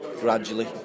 gradually